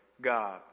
God